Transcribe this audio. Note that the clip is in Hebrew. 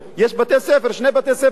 יש שני בתי-ספר שם.